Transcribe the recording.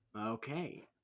okay